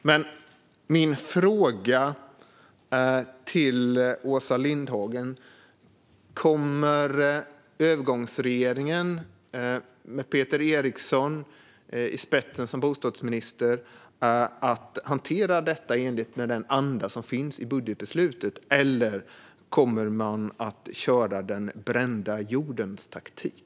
Detta är vi också tydliga med i budgetskrivelsen. Kommer övergångsregeringen med Peter Eriksson i spetsen som bostadsminister att hantera detta i enlighet med den anda som finns i budgetbeslutet, eller kommer man att köra den brända jordens taktik?